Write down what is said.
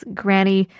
granny